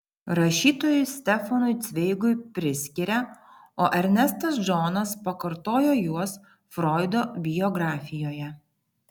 rašytojui stefanui cveigui priskiria o ernestas džonas pakartojo juos froido biografijoje